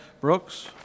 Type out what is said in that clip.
Brooks